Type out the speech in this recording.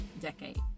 decade